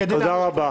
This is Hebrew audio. הם --- תודה רבה.